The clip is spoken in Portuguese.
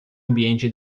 ambiente